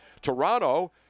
Toronto